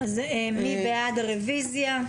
מי בעד הרביזיה?